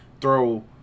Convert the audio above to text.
throw